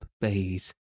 bays